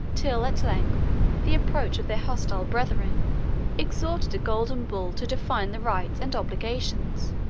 till at length the approach of their hostile brethren extorted a golden bull to define the rites and obligations